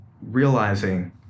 realizing